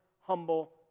humble